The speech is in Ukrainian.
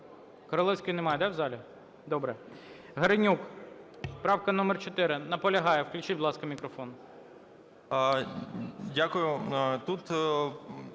Дякую.